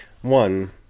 One